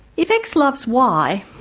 if x loves y,